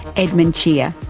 edmund chia.